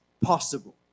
possible